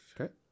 Okay